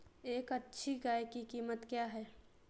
एक अच्छी गाय की कीमत क्या है?